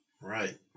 Right